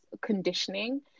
conditioning